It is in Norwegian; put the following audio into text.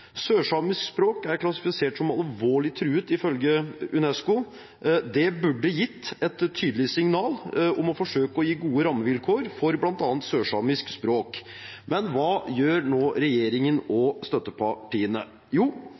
Sørsamisk språk er klassifisert som alvorlig truet ifølge UNESCO. Det burde gitt et tydelig signal om å forsøke å gi gode rammevilkår for bl.a. sørsamisk språk. Men hva gjør nå regjeringen og støttepartiene? Jo,